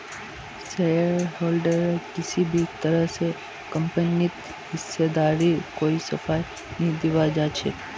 शेयरहोल्डरक किसी भी तरह स कम्पनीत हिस्सेदारीर कोई सफाई नी दीबा ह छेक